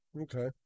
Okay